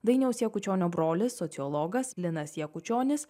dainiaus jakučionio brolis sociologas linas jakučionis